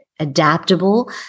adaptable